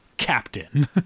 captain